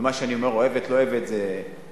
ומה שאני אומר: אוהבת לא אוהבת, זו